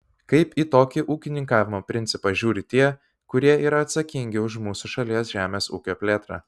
kaip į tokį ūkininkavimo principą žiūri tie kurie yra atsakingi už mūsų šalies žemės ūkio plėtrą